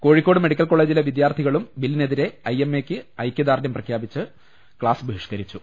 Kozhikode medical കോളെജിലെ വിദ്യാർത്ഥികളും ബില്ലിനെതിരെ ഐ എം എയ്ക്ക് ഐക്യദാർഢ്യം പ്രകടിപ്പിച്ച് ക്സാസ് ബഹിഷ്കരിച്ചു